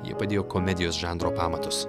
jie padėjo komedijos žanro pamatus